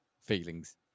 feelings